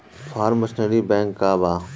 Form machinery bank का बा?